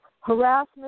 Harassment